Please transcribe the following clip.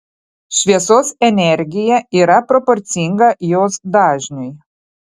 šviesos energija yra proporcinga jos dažniui